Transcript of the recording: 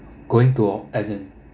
going to as in